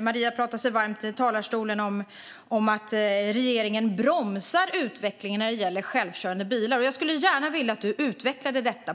Maria pratar varmt i talarstolen om att regeringen bromsar utvecklingen när det gäller självkörande bilar. Jag skulle gärna vilja att hon utvecklar detta.